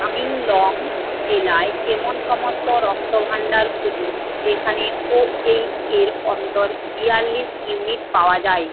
আমিংলং জেলায় এমন সমস্ত রক্তভান্ডার খুঁজুন যেখানে ও এইচ এর অন্তর বিয়াল্লিশ ইউনিট পাওয়া যায়